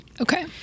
Okay